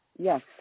Yes